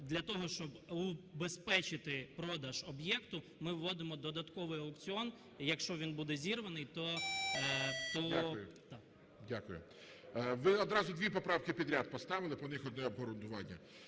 для того щоб убезпечити продаж об'єкту, ми вводимо додатковий аукціон. І якщо він буде зірваний, то… ГОЛОВУЮЧИЙ. Дякую. Ви одразу дві поправки підряд поставили, по них одне обґрунтування.